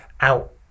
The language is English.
out